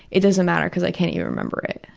it doesn't matter because i can't even remember it.